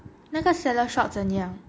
那个 salad shop 怎样